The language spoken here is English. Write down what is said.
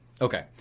Okay